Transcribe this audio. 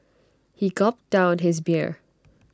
he gulped down his beer